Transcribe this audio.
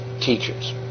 teachers